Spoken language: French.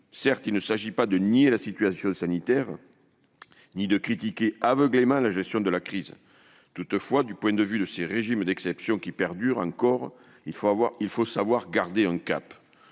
Il ne s'agit pas de nier la situation sanitaire ni de critiquer aveuglément la gestion de la crise. Toutefois, face à ces régimes d'exception qui perdurent, il faut savoir garder un cap.